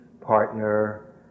partner